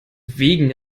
wegen